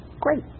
Great